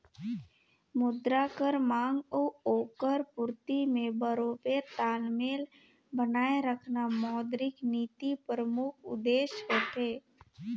मुद्रा कर मांग अउ ओकर पूरती में बरोबेर तालमेल बनाए रखना मौद्रिक नीति परमुख उद्देस होथे